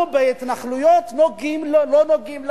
אנחנו בהתנחלויות לא נוגעים לעד,